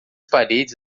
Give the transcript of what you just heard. paredes